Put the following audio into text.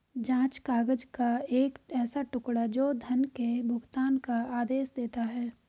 जाँच काग़ज़ का एक ऐसा टुकड़ा, जो धन के भुगतान का आदेश देता है